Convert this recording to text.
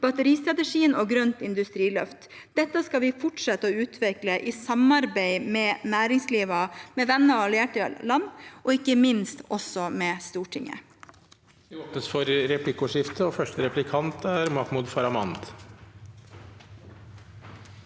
batteristrategien og grønt industriløft. Dette skal vi fortsette å utvikle i samarbeid med næringslivet, med venner og allierte land og ikke minst også med Stortinget.